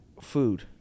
food